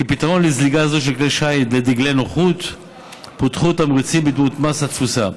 כפתרון לזליגה של כלי שיט לדגלי נוחות פותחו תמריצים בדמות מס התפוסה.